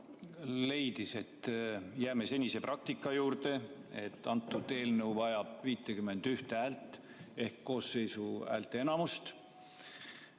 leidis, et jääme senise praktika juurde, et see eelnõu vajab 51 häält ehk koosseisu häälteenamust